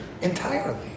entirely